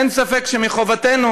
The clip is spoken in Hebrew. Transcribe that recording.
אין ספק שמחובתנו